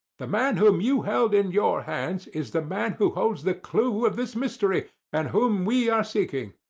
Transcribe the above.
the man whom you held in your hands is the man who holds the clue of this mystery, and whom we are seeking.